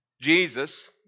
Jesus